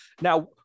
Now